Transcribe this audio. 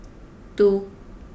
two